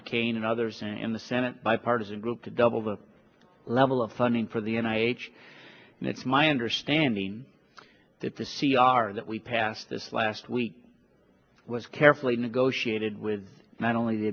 mccain and others in the senate bipartisan group to double the level of funding for the n h s and it's my understanding that the c r that we passed this last week was carefully negotiated with not only the